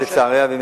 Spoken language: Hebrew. ולצערי הרב,